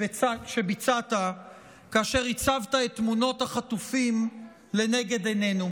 שביצעת כאשר הצבת את תמונות החטופים לנגד עינינו,